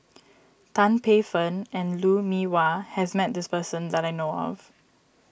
Tan Paey Fern and Lou Mee Wah has met this person that I know of